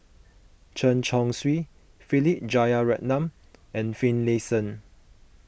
Chen Chong Swee Philip Jeyaretnam and Finlayson